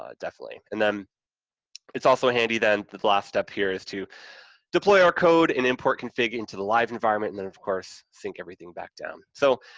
ah and then it's also handy then, the last step here is to deploy our code and import config into the live environment, and then, of course, sync everything back down. so,